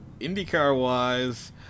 IndyCar-wise